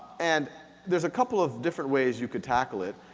and there's a couple of different ways you could tackle it.